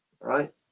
right